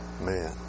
man